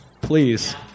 Please